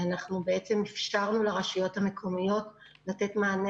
אנחנו אפשרנו לרשויות המקומיות לתת מענה